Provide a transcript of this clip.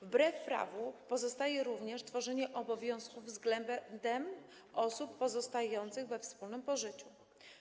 Wbrew prawu pozostaje również tworzenie obowiązków względem osób pozostających we wspólnym pożyciu.